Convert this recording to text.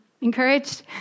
Encouraged